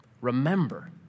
Remember